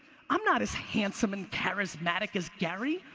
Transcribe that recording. i'm not as handsome and charismatic as gary.